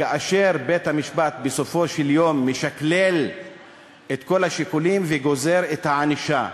כאשר בית-המשפט בסופו של יום משקלל את כל השיקולים וגוזר את הענישה.